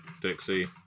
Dixie